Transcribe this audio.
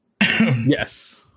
Yes